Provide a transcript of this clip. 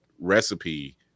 recipe